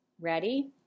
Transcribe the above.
Ready